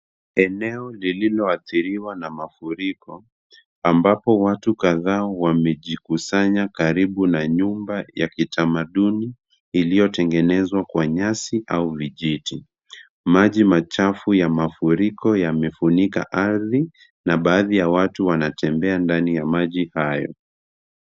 Eneo lililo adhiriwa na mafuriko ambapo watu kadhaa wamejikusanya karibu na nyumba ya kitamanduni iliyotengenezwa kwa nyazi au vijiti. Maji machafu ya mafuriko yamefunika ardhi, na baadhi ya watu wanatembea kwa mafuriko hayo.